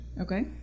Okay